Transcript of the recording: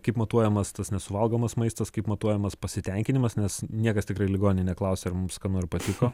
kaip matuojamas tas nesuvalgomas maistas kaip matuojamas pasitenkinimas nes niekas tikrai ligonių neklausia ar mums skanu ar patiko